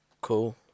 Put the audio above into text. Cool